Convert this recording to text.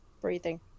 breathing